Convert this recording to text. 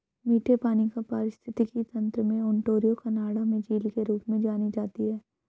मीठे पानी का पारिस्थितिकी तंत्र में ओंटारियो कनाडा में झील के रूप में जानी जाती है